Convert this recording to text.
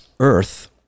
Earth